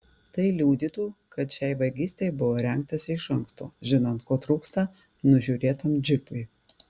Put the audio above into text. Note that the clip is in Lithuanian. tai liudytų kad šiai vagystei buvo rengtasi iš anksto žinant ko trūksta nužiūrėtam džipui